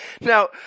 Now